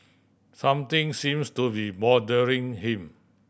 something seems to be bothering him